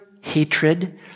hatred